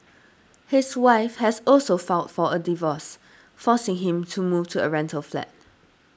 his wife has also filed for a divorce forcing him to move to a rental flat